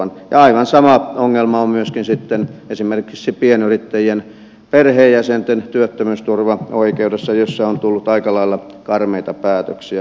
aivan sama ongelma on myöskin sitten esimerkiksi pienyrittäjien perheenjäsenten työttömyysturvaoikeudessa jossa on tullut aika lailla karmeita päätöksiä